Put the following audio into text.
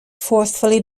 forcefully